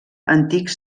antics